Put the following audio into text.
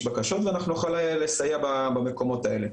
בקשות ואנחנו נוכל לסייע במקומות האלה.